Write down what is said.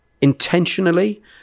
intentionally